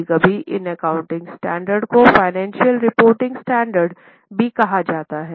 कभी कभी इन एकाउंटिंग स्टैंडर्ड को फ़ाइनेंशियल रिपोर्टिंग स्टैंडर्ड भी कहा जाता है